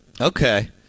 Okay